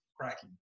cracking